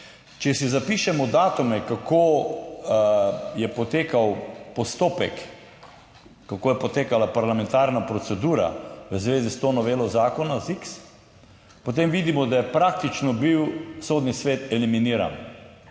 Če si zapišemo datume, kako je potekal postopek, kako je potekala parlamentarna procedura v zvezi s to novelo zakona ZIKS, potem vidimo, da je praktično bil Sodni svet eliminiran.